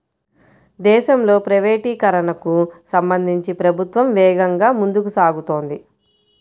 దేశంలో ప్రైవేటీకరణకు సంబంధించి ప్రభుత్వం వేగంగా ముందుకు సాగుతోంది